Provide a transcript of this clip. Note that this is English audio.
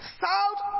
south